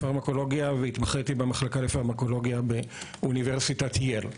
והתמחיתי במחלקה לפרמקולוגיה באוניברסיטת ייל.